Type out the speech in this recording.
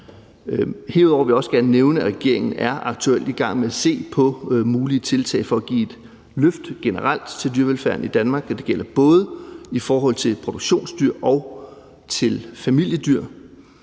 Herudover vil jeg også gerne nævne, at regeringen aktuelt er i gang med at se på mulige tiltag for at give et løft generelt til dyrevelfærden i Danmark, og det gælder både i forhold til produktionsdyr og familiedyr.